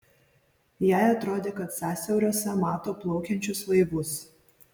jai atrodė kad sąsiauriuose mato plaukiančius laivus